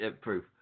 proof